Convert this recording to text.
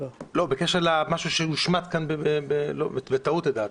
בקשר למשהו שהושמט כאן בטעות לדעתי,